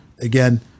again